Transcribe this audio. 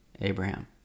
Abraham